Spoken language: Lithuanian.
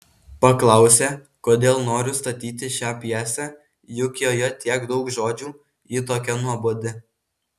paklausė kodėl noriu statyti šią pjesę juk joje tiek daug žodžių ji tokia nuobodi